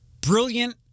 brilliant